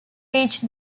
reached